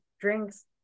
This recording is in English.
drinks